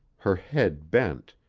her head bent,